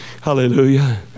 Hallelujah